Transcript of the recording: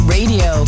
Radio